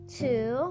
two